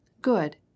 Good